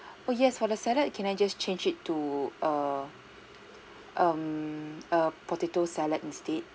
oh yes for the salad can I just change it to uh um a potato salad instead